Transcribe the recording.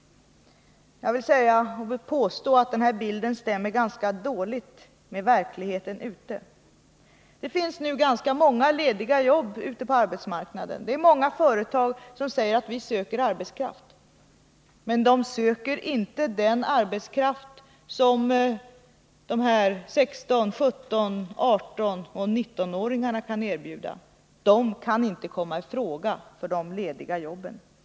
Jag vill påstå att den bilden stämmer ganska illa med verkligheten ute. Det finns nu ganska många lediga jobb ute på arbetsmarknaden. Det är många företag som säger att de söker arbetskraft. Men de söker inte den arbetskraft som de här 16-, 17-, 18 och 19-åringarna kan erbjuda. De kan inte komma i fråga för de lediga jobben.